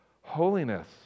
Holiness